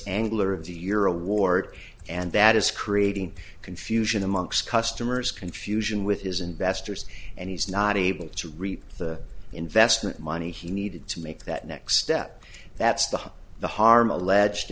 angler of the year award and that is creating confusion amongst customers confusion with his investors and he's not able to reap the investment money he needed to make that next step that's the the harm alleged